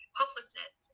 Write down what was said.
hopelessness